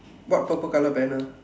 what purple colour banner